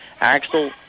Axel